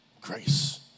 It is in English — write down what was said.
Grace